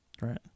Right